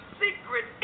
secret